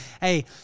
hey